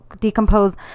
decompose